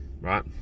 Right